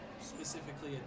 specifically